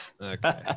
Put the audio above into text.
okay